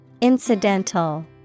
Incidental